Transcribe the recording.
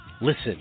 Listen